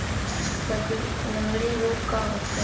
लगंड़ी रोग का होखे?